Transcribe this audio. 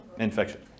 Infection